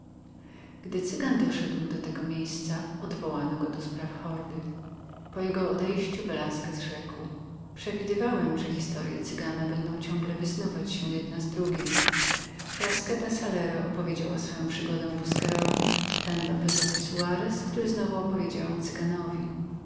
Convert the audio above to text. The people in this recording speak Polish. gdy cygan doszedł był do tego miejsca odwołano go dla spraw hordy po jego odejściu velasquez rzekł smutnie przewidywałem że historye cygana będą ciągle wysuwać się jedna z drugiej frasqueta salero opowiedziała swoją historyę busquerowi ten lopezowi soarez który znowu opowiedział ją cyganowi